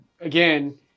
again